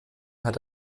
hat